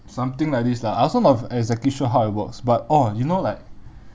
something like this lah I also not exactly sure how it works but oh you know like